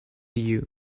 you